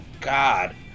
God